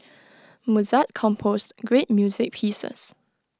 Mozart composed great music pieces